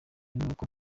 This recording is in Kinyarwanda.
nuko